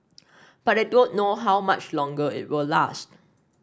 but I don't know how much longer it will last